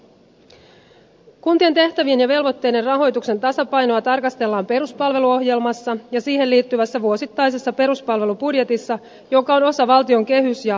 kuntien tehtävien ja velvoitteiden ja rahoituksen tasapainoa tarkastellaan peruspalveluohjelmassa ja siihen liittyvässä vuosittaisessa peruspalvelubudjetissa joka on osa valtion kehys ja talousarviomenettelyä